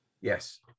Yes